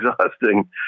exhausting